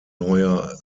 neuer